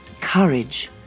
courage